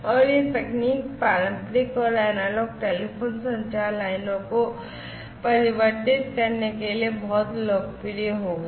और यह तकनीक पारंपरिक और एनालॉग टेलीफोन संचार लाइनों को परिवर्तित करने के लिए बहुत लोकप्रिय हो गई